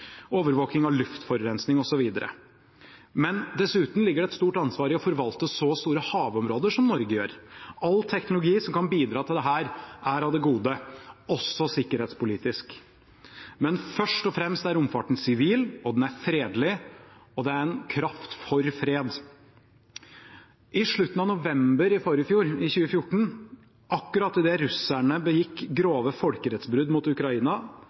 overvåking av luftforurensning osv. Dessuten ligger det et stort ansvar i å forvalte så store havområder som Norge gjør. All teknologi som kan bidra til dette, er av det gode, også sikkerhetspolitisk. Men først og fremst er romfarten sivil, den er fredelig, og den er en kraft for fred. I slutten av november i forfjor, i 2014, akkurat idet russerne begikk grove folkerettsbrudd mot Ukraina,